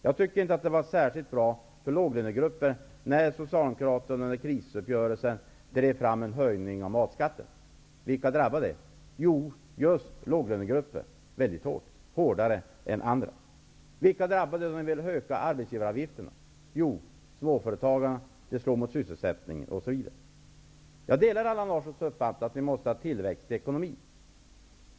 Jag tycker inte att det var särskilt bra för låglönegrupperna när Socialdemokraterna under krisuppgörelsen drev fram en höjning av matskatten. Vilka drabbades? Jo, låglönegrupperna drabbades hårdare än andra. Vilka drabbade de höga arbetsgivaravgifterna? Jo, småföretagarna, och det slår mot sysselsättningen. Jag delar Allan Larssons uppfattning att vi måste ha tillväxt i ekonomin.